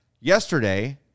yesterday